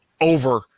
over